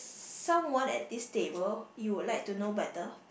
someone at this table you would like to know better